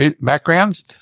backgrounds